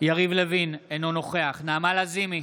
יריב לוין, אינו נוכח נעמה לזימי,